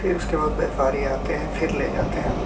फिर उसके बाद व्यापारी आते हैं फिर ले जाते हैं